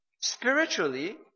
spiritually